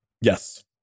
yes